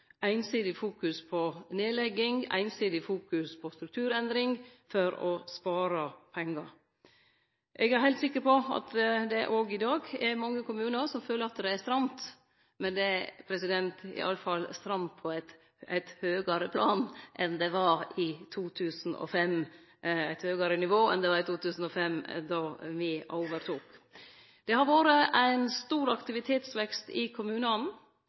nedlegging eller strukturendringar for å spare pengar. Eg er heilt sikker på at det òg i dag er mange kommunar som synest at det er stramt, men det er i alle fall stramt på eit høgare nivå enn det var i 2005 då me overtok. Det har vore ein stor aktivitetsvekst i kommunane,